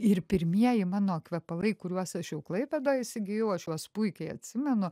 ir pirmieji mano kvepalai kuriuos aš jau klaipėdoj įsigijau aš juos puikiai atsimenu